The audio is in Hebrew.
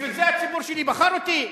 בשביל זה הציבור שלי בחר אותי?